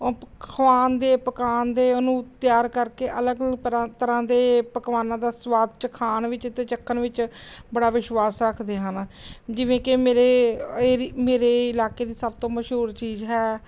ਉਹ ਖਵਾਉਣ ਦੇ ਪਕਾਉਣ ਦੇ ਉਹਨੂੰ ਤਿਆਰ ਕਰਕੇ ਅਲੱਗ ਅਲੱਗ ਤਰ੍ਹਾਂ ਤਰ੍ਹਾਂ ਦੇ ਪਕਵਾਨਾਂ ਦਾ ਸਵਾਦ ਚਖਾਉਣ ਵਿੱਚ ਅਤੇ ਚੱਖਣ ਵਿੱਚ ਬੜਾ ਵਿਸ਼ਵਾਸ ਰੱਖਦੇ ਹਨ ਜਿਵੇਂ ਕਿ ਮੇਰੇ ਏਰੀ ਮੇਰੇ ਇਲਾਕੇ ਦੀ ਸਭ ਤੋਂ ਮਸ਼ਹੂਰ ਚੀਜ਼ ਹੈ